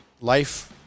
Life